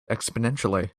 exponentially